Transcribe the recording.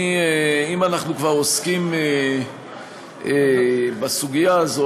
אם אנחנו כבר עוסקים בסוגיה הזאת,